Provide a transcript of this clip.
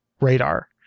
radar